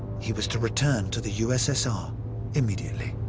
he was to return to the ussr immediately.